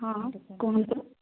ହଁ କୁହନ୍ତୁ